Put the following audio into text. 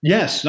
Yes